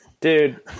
Dude